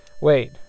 Wait